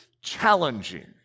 challenging